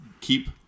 keep